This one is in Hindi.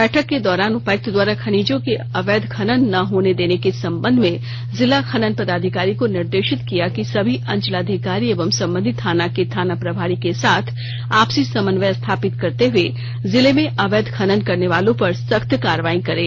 बैठक के दौरान उपायुक्त द्वारा खनिजों के अवैध खनन न होने देने के संबंध में जिला खनन पदाधिकारी को निर्देशित किया कि सभी अंचलाधिकारी एवं संबंधित थाना के थाना प्रभारी के साथ आपसी समन्वय स्थापित करते हुए जिले में अवैध खनन करने वालों पर सख्त कार्रवाई करें